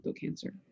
cancer